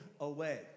away